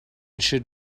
should